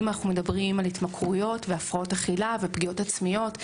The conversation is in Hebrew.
אם אנחנו מדברים על התמכרויות והפרעות אכילה ופגיעות עצמיות,